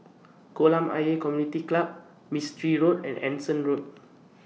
Kolam Ayer Community Club Mistri Road and Anson Road